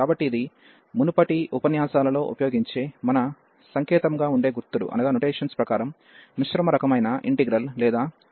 కాబట్టి ఇది మునుపటి ఉపన్యాసాలలో ఉపయోగించే మన సంకేతముగా ఉండే గుర్తుల ప్రకారం మిశ్రమ రకమైన ఇంటిగ్రల్ లేదా తృతీయ రకానికి ఇంటిగ్రల్ లు